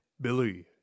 Billy